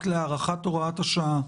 רק להארכת הוראת השעה.